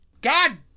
god